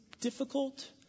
difficult